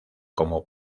como